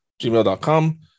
gmail.com